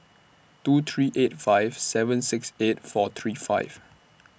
two three eight five seven six eight four three five